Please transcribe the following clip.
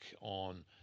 on